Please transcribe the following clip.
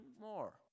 more